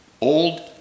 Old